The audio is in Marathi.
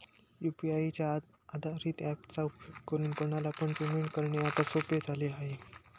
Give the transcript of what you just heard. यू.पी.आय च्या आधारित ॲप चा उपयोग करून कोणाला पण पेमेंट करणे आता सोपे झाले आहे